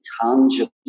tangible